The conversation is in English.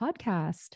podcast